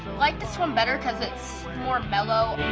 like this one better cause it's more mellow.